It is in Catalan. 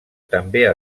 també